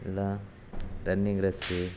ಇಲ್ಲ running race